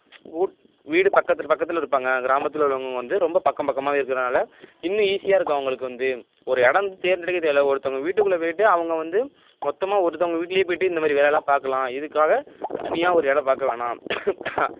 ஊட் வீடு பக்கத்தில் பக்கத்தில் இருப்பாங்க கிராமத்தில் உள்ளவங்க வந்து ரொம்ப பக்கம் பக்கமாகவே இருக்கிறனால இன்னும் ஈஸியாக இருக்கும் அவங்களுக்கு வந்து ஒரு இடோம் தேர்ந்தெடுக்க தேவயில்ல ஒருத்தவங்க வீட்டுக்குள்ளே போய்ட்டு அவங்க வந்து மொத்தமாக ஒருத்தவங்க வீட்டிலே போய்ட்டு இந்த மாதிரி வேலைலாம் பார்க்கலாம் இதுக்காக தனியாக ஒரு எடம் பார்க்க வேணாம்